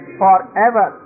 forever